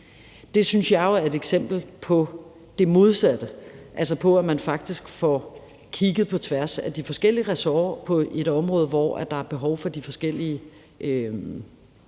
Det synes jeg jo er et eksempel på det modsatte, altså på, at man faktisk får kigget på tværs af de forskellige ressorter på et område, hvor der er behov for de forskellige